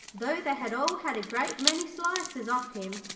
though they had all had a great many slices off him,